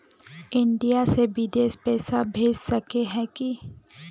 India से बिदेश पैसा भेज सके है की?